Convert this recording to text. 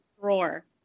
drawer